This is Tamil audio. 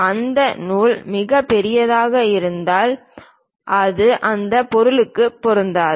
அந்த நூல் மிகப் பெரியதாக இருந்தால் அது அந்த பொருளுக்கும் பொருந்தாது